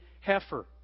heifer